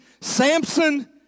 Samson